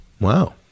Wow